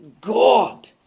God